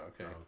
okay